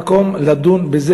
המקום לדון בזה,